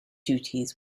duties